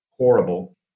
horrible